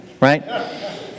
Right